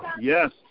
Yes